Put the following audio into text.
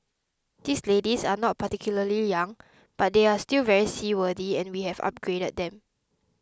these ladies are not particularly young but they are still very seaworthy and we have upgraded them